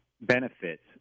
benefits